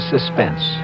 Suspense